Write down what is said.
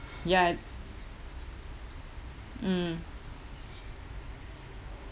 ya mm